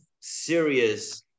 serious